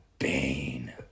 Bane